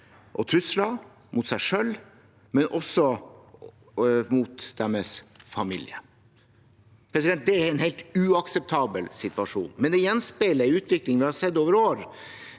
og trusler mot seg selv, men også mot deres familier. Det er en helt uakseptabel situasjon, men det gjenspeiler en utvikling vi har sett over år,